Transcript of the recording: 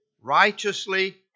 righteously